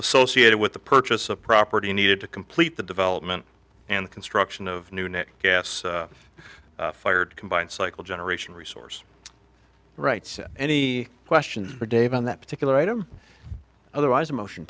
associated with the purchase of property needed to complete the development and construction of new net gas fired combined cycle generation resource rights any questions for dave on that particular item otherwise a motion